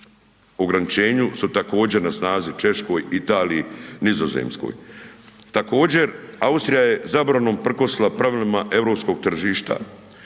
ograničenju su također, na snazi, Češkoj, Italiji, Nizozemskoj. Također, Austrija je zabranom prkosila pravilima europskog tržišta